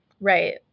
Right